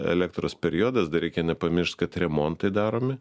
elektros periodas dar reikia nepamiršt kad remontai daromi